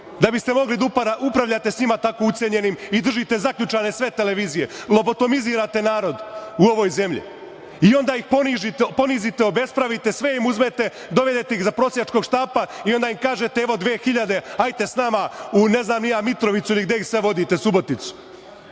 da biste mogli da upravljate sa njima tako ucenjenim i držite zaključane sve televizije. Lobotomizirate narod u ovoj zemlji i onda ih ponizite, obespravite, sve im uzmete, dovedete ih do prosjačkog štapa i onda im kažete – evo dve hiljade, ajte sa nama u, ne znam ni ja, Mitrovicu ili gde ih sve vodite, Suboticu.